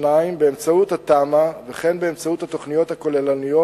2. באמצעות התמ"א וכן באמצעות התוכניות הכוללניות